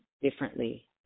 differently